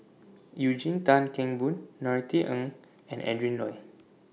Eugene Tan Kheng Boon Norothy Ng and Adrin Loi